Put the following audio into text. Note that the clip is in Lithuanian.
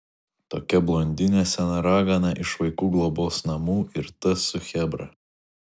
tokia blondinė sena ragana iš vaikų globos namų ir tas su chebra